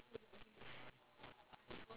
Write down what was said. !wah! we went on such a long tangent